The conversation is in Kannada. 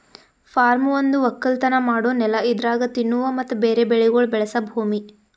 ಫಾರ್ಮ್ ಒಂದು ಒಕ್ಕಲತನ ಮಾಡೋ ನೆಲ ಇದರಾಗ್ ತಿನ್ನುವ ಮತ್ತ ಬೇರೆ ಬೆಳಿಗೊಳ್ ಬೆಳಸ ಭೂಮಿ